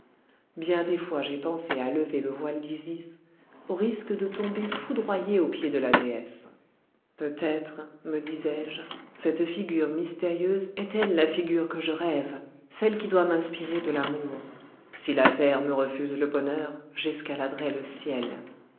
bien des fois j'ai pensé à lever le voile d'isis au risque de tomber foudroyé aux pieds de la déesse peut-être me disais-je cette figure mystérieuse est-elle la figure que je rêve celle qui doit m'inspirer de l'amour si la terre me refuse le bonheur j'escaladerai le ciel